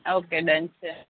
okay done છે